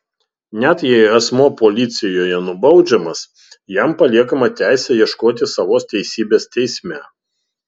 net jei asmuo policijoje nubaudžiamas jam paliekama teisė ieškoti savosios teisybės teisme